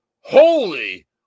Holy